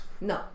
No